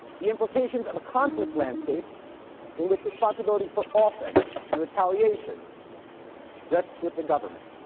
the implications of a conflict landscape in which responsibility for offense and retaliation rests with the government,